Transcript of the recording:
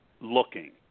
looking